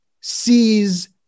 sees